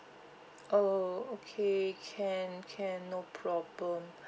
oh okay can can no problem